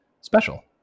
special